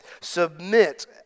Submit